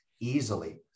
easily